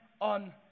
on